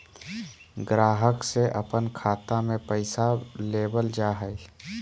ग्राहक से अपन खाता में पैसा लेबल जा हइ